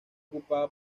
ocupada